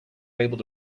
able